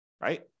right